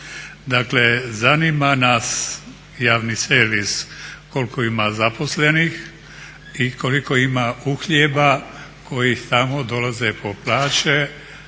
Dakle zanima nas javni servis koliko ima zaposlenih i koliko ima uhljeba koji samo dolaze po plaće,